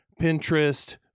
Pinterest